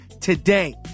today